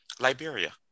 Liberia